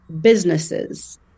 businesses